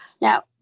Now